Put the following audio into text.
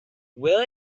will